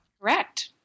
Correct